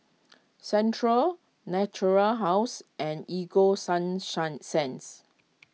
Centrum Natura House and Ego sunshine cents